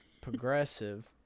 Progressive